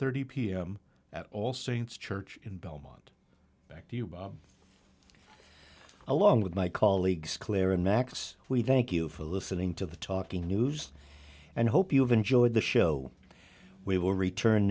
thirty pm at all saints church in belmont back to you along with my colleagues claire and max we thank you for listening to the talking news and hope you have enjoyed the show we will return